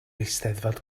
eisteddfod